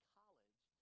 college